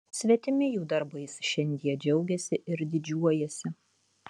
svetimi jų darbais šiandie džiaugiasi ir didžiuojasi